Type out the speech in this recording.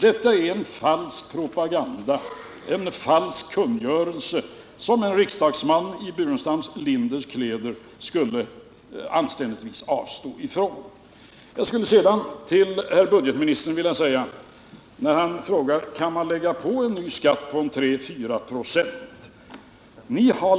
Detta är en falsk propaganda, en falsk kungörelse som en riksdagsman i herr Burenstam Linders kläder anständigtvis borde avstå från. Budgetministern frågade: Kan man lägga på en ny skatt på 34 96?